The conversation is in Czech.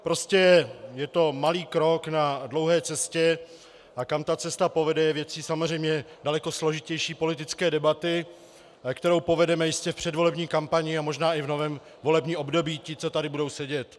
Prostě je to malý krok na dlouhé cestě, a kam tam cesta povede, je samozřejmě věcí daleko složitější politické debaty, kterou povedeme jistě v předvolební kampani a možná i v novém volebním období, ti, co tady budou sedět.